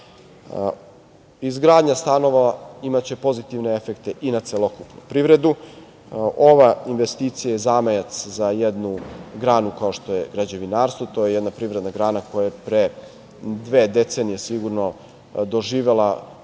planu. Izgradnja stanova imaće pozitivne efekte i na celokupnu privredu. Ova investicija je zamajac za jednu granu, kao što je građevinarstvo. To je jedna privreda grana koja je pre dve decenije, sigurno doživela